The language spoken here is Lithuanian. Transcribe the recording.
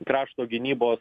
krašto gynybos